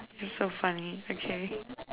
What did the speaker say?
you're so funny okay